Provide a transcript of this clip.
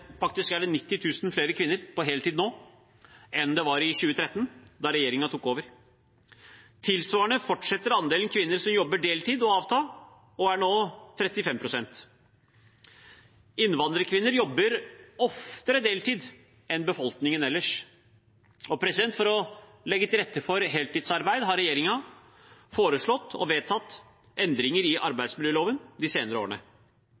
Faktisk er det 90 000 flere kvinner på heltid nå enn det var i 2013, da regjeringen tok over. Tilsvarende fortsetter andelen kvinner som jobber deltid, å avta og er nå på 35 pst. Innvandrerkvinner jobber oftere deltid enn befolkningen ellers. For å legge til rette for heltidsarbeid har regjeringen foreslått og fått vedtatt endringer i arbeidsmiljøloven de senere årene.